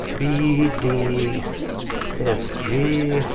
b d f g,